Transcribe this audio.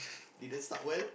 didn't start well